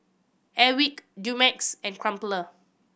Airwick Dumex and Crumpler